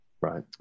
Right